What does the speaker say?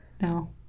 No